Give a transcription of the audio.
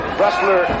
wrestler